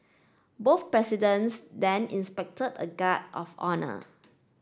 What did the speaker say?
both presidents then inspected a guard of honour